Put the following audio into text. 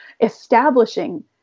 establishing